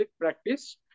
practice